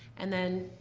and then,